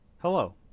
Hello